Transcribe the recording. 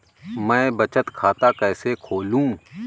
मैं बचत खाता कैसे खोलूँ?